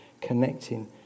connecting